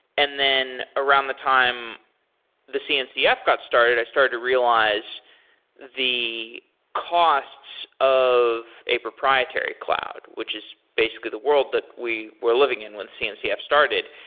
and then around the time the cncf got started, i started to realize the costs of a proprietary cloud, which is basically the world that we were living in when cncf started.